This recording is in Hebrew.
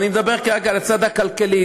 ואני מדבר כרגע על הצד הכלכלי,